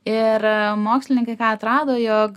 ir mokslininkai atrado jog